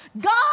God